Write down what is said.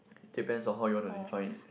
depends on how you want to define it